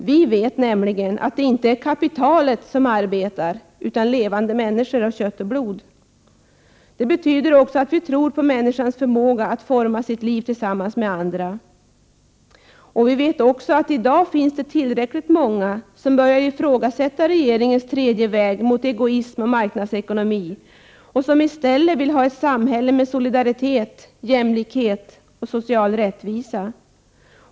Vi vet nämligen att det inte är kapitalet som arbetar utan levande människor av kött och blod. Det betyder också att vi tror på människans förmåga att forma sitt liv tillsammans med andra. Vi vet också att det i dag finns tillräckligt många som börjar ifrågasätta regeringens tredje väg mot egoism och marknadsekonomi och som i stället vill ha ett samhälle med solidaritet, jämlikhet och social rättvisa.